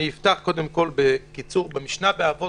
אני אפתח קודם כול בקיצור במשנה באבות